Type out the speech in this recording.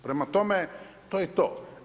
Prema tome, to je to.